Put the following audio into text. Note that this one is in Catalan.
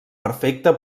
perfecte